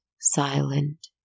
silent